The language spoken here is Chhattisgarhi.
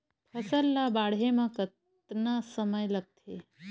फसल ला बाढ़े मा कतना समय लगथे?